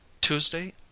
tuesday